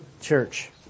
church